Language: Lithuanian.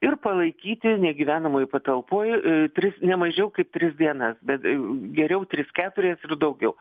ir palaikyti negyvenamoj patalpoj tris ne mažiau kaip tris dienas bet geriau tris keturias ir daugiau